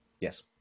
Yes